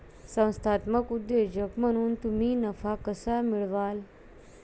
संस्थात्मक उद्योजक म्हणून तुम्ही नफा कसा मिळवाल?